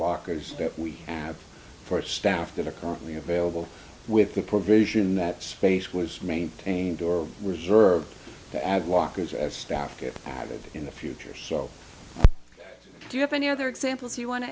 lockers that we have for staff that are currently available with the provision that space was maintained or reserved to add lockers as staff get added in the future so do you have any other examples you want to